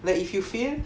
like if you fail